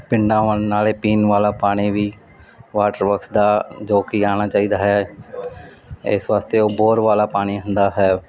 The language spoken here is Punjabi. ਪਿੰਡਾਂ ਵੱਲ ਨਾਲੇ ਪੀਣ ਵਾਲਾ ਪਾਣੀ ਵੀ ਵਾਟਰ ਵਰਕਸ ਦਾ ਜੋ ਕਿ ਆਉਣਾ ਚਾਹੀਦਾ ਹੈ ਇਸ ਵਾਸਤੇ ਉਹ ਬੋਰ ਵਾਲਾ ਪਾਣੀ ਹੁੰਦਾ ਹੈ